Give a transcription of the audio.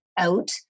out